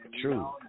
True